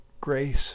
grace